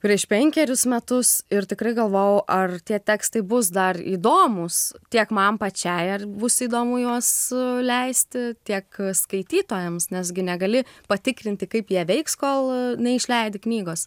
prieš penkerius metus ir tikrai galvojau ar tie tekstai bus dar įdomūs tiek man pačiai ar bus įdomu juos leisti tiek skaitytojams nes gi negali patikrinti kaip jie veiks kol neišleidi knygos